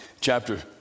chapter